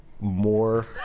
more